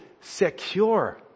secure